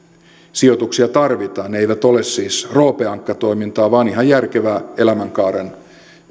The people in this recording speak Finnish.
sijoituksia tarvitaan ne eivät ole siis roope ankka toimintaa vaan ihan järkevää elämänkaaren